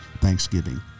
Thanksgiving